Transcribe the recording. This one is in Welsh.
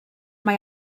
mae